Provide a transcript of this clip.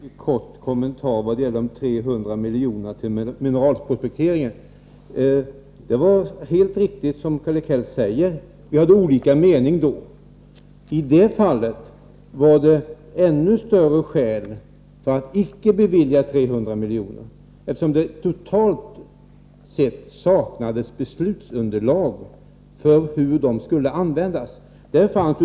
Herr talman! Bara en kort kommentar beträffande de 300 miljonerna till mineralprojekteringen. Det är helt riktigt, som Karl-Erik Häll säger, att vi hade olika meningar då. I det fallet var det ännu större skäl för att icke bevilja 300 miljoner, eftersom det totalt sett saknades beslutsunderlag för hur de skulle användas.